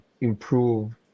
improve